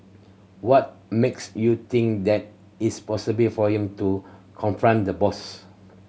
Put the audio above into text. what makes you think that is possible for him to confront the boss